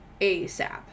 ASAP